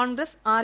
Congress R